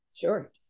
Sure